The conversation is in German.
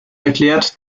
erklärt